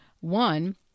one